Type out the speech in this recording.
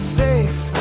safe